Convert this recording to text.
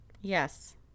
Yes